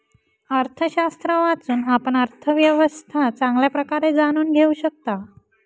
अर्थशास्त्र वाचून, आपण अर्थव्यवस्था चांगल्या प्रकारे जाणून घेऊ शकता